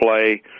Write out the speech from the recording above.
play